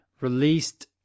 released